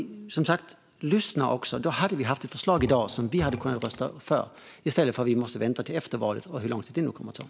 Som sagt: Lyssna också! Då hade vi haft ett förslag i dag som vi hade kunnat rösta för. I stället måste vi nu vänta till efter valet, hur lång tid det nu kommer att ta.